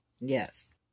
Yes